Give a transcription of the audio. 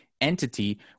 entity